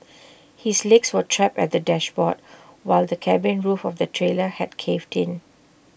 his legs were trapped at the dashboard while the cabin roof of the trailer had caved in